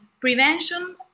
Prevention